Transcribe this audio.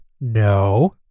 No